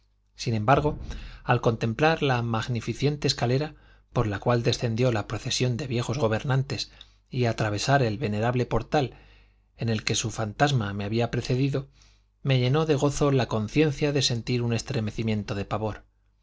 sin embargo al contemplar la magnificente escalera por la cual descendió la procesión de viejos gobernadores y atravesar el venerable portal en el que su fantasma me había precedido me llenó de gozo la conciencia de sentir un estremecimiento de pavor